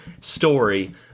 story